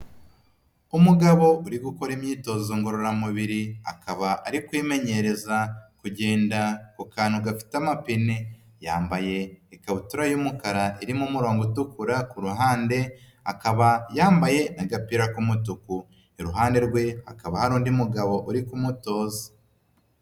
Umugabo uri gukora imyitozo ngororamubiri, akaba ari kwimenyereza kugenda ku kantu gafite amapine. Yambaye ikabutura y'umukara irimo umurongo utukura ku ruhande, akaba yambaye agapira k'umutuku, iruhande rwe hakaba hari undi mugabo uri kumutoza.